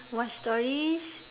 what stories